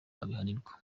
abihanirwa